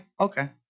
okay